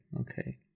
okay